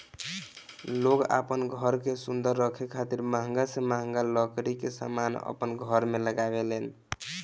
लोग आपन घर के सुंदर रखे खातिर महंगा से महंगा लकड़ी के समान अपन घर में लगावे लेन